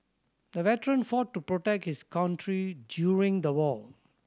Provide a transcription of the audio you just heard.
the veteran fought to protect his country during the war